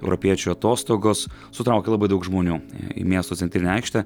europiečių atostogos sutraukia labai daug žmonių į miesto centrinę aikštę